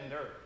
earth